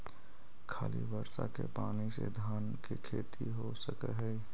खाली बर्षा के पानी से धान के खेती हो सक हइ?